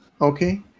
okay